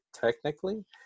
technically